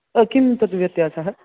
किं तद् व्यत्यासः